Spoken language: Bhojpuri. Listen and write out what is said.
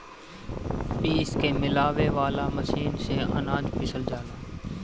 पीस के मिलावे वाला मशीन से अनाज पिसल जाला